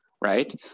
right